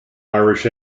irish